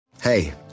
Hey